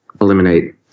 eliminate